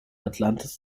atlantis